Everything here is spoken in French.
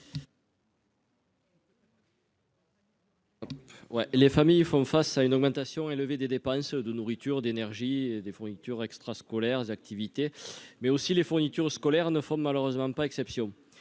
Les familles font face à une augmentation élevée des dépenses : nourriture, énergie, activités extrascolaires, etc. Les fournitures scolaires ne font malheureusement pas exception.